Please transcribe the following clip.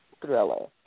thriller